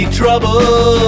trouble